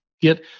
get